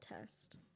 test